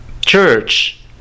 Church